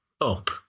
up